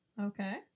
Okay